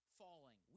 falling